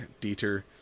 Dieter